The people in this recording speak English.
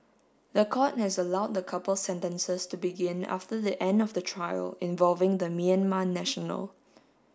the court has allowed the couple's sentences to begin after the end of the trial involving the Myanmar national